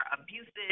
abusive